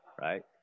right